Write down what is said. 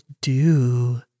do